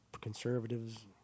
conservatives